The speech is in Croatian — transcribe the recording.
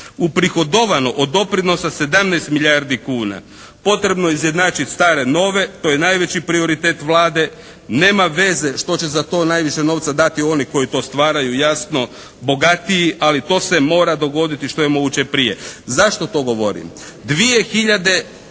Uprihodovano od doprinosa 17 milijardi kuna. Potrebno je izjednačiti stare, nove. To je najveći prioritet Vlade. Nema veze što će za to najviše novca dati oni koji to stvaraju, jasno bogatiji. Ali to se mora dogoditi što je moguće prije. Zašto to govorim?